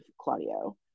Claudio